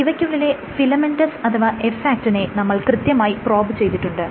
ഇവയ്ക്കുള്ളിലെ filaments അഥവാ F ആക്റ്റിനെ നമ്മൾ കൃത്യമായി പ്രോബ് ചെയ്തിട്ടുണ്ട്